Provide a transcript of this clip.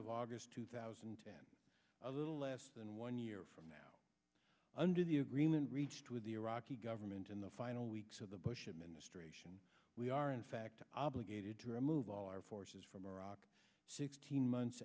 of august two thousand and ten a little less than one year from now under the agreement reached with the iraqi government in the final weeks of the bush administration we are in fact obligated to remove all our forces from iraq sixteen months